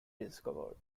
discovered